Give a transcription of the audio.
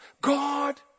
God